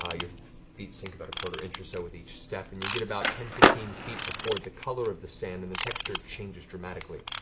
ah your feet sink about a quarter inch or so with each step, and you get about ten, fifteen feet before the color of the sand and the texture changes dramatically.